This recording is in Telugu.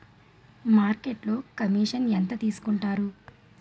మార్కెట్లో కమిషన్ ఎంత తీసుకొంటారు?